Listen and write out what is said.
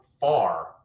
far